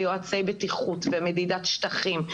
ליועצי בטיחות ומדידת שטחים,